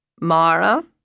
Mara